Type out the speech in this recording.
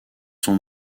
son